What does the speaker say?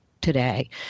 today